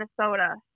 Minnesota